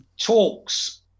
talks